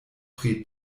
pri